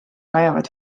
vajavad